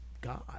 God